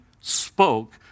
spoke